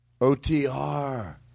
O-T-R